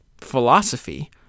philosophy